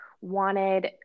wanted